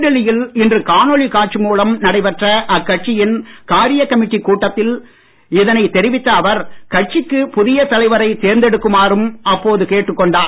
புதுடில்லியில் இன்று காணொளி காட்சி மூலம் நடைபெற்ற அக்கட்சியின் காரிய கமிட்டிக் கூட்டத்தில் இதனைத் தெரிவித்த அவர் கட்சிக்கு புதிய தலைவரைத் தேர்ந்தெடுக்குமாறும் அப்போது கேட்டுக் கொண்டார்